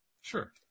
Sure